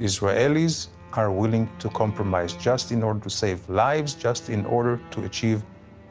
israelis are willing to compromise just in order to save lives, just in order to achieve